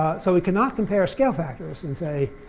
so we cannot compare scale factors and say,